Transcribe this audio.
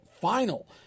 Final